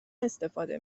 استفاده